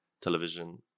television